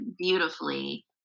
beautifully